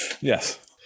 Yes